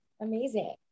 Amazing